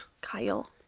Kyle